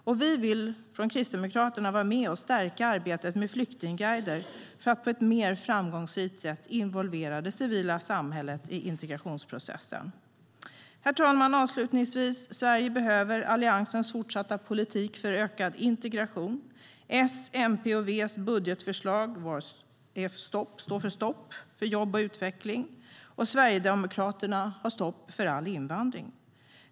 Och vi kristdemokrater vill vara med och stärka arbetet med flyktingguider för att på ett mer framgångsrikt sätt involvera det civila samhället i integrationsprocessen. Herr talman! Avslutningsvis: Sverige behöver Alliansens fortsatta politik för ökad integration. Budgetförslaget från S, MP och V står för stopp för jobb och utveckling. Och Sverigedemokraternas står för stopp för all invandring.